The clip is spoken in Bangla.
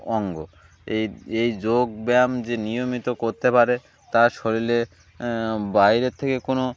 অঙ্গ এই এই যোগব্যায়াম যে নিয়মিত করতে পারে তার শরীরে বাইরের থেকে কোনো